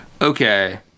Okay